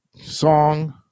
song